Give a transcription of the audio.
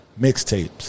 mixtapes